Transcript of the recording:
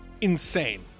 insane